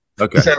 Okay